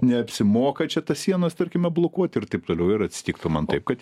neapsimoka čia tas sienas tarkime blokuoti ir taip toliau ir atsitiktų man taip kad